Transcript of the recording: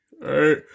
right